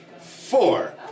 Four